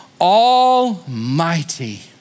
almighty